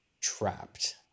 trapped